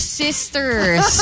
sisters